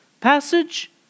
passage